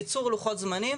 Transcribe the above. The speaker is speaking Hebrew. קיצור לוחות זמנים,